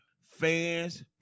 fans